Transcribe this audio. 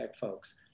folks